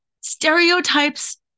stereotypes